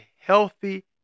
healthy